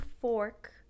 fork